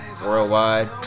worldwide